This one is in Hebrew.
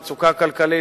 מצוקה כלכלית,